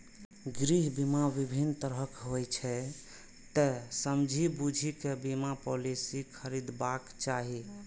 गृह बीमा विभिन्न तरहक होइ छै, तें समझि बूझि कें बीमा पॉलिसी खरीदबाक चाही